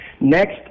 Next